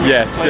Yes